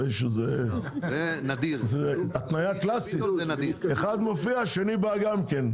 זה התניה קלאסית, אחד מופיע השני בא גם כן.